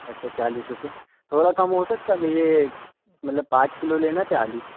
अच्छा चालीस रुपए थोड़ा कम हो सकता मैं यह मतलब पाँच किलो लेना थे आलू